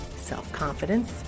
self-confidence